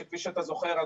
שכפי שאתה זוכר,